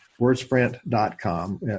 WordSprint.com